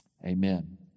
Amen